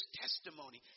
testimony